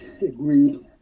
agreed